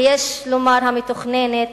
ויש לומר המתוכננת,